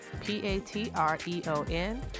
P-A-T-R-E-O-N